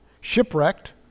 Shipwrecked